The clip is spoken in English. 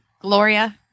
Gloria